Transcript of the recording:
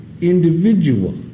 individual